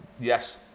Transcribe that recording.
yes